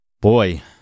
boy